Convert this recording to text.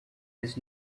his